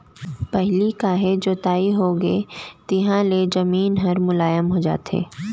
पहिली काहे जोताई होगे तिहाँ ले जमीन ह मुलायम हो जाथे